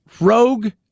rogue